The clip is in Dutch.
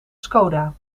skoda